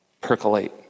percolate